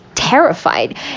Terrified